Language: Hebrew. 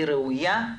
היא ראויה,